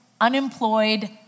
unemployed